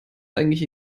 eigentlich